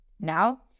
Now